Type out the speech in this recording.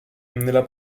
nella